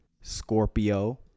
Scorpio